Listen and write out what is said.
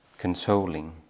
consoling